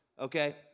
Okay